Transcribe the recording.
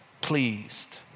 pleased